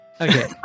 Okay